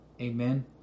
Amen